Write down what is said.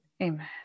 Amen